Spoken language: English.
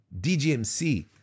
DGMC